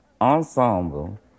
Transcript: ensemble